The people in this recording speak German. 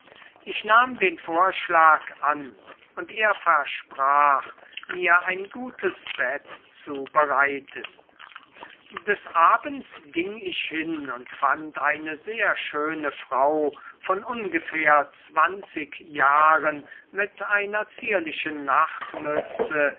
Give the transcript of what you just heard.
ich nahm den vorschlag an und er versprach mir ein gutes bett zu bereiten des abends ging ich hin und fand eine sehr schöne frau von ungefähr zwanzig jahren mit einer zierlichen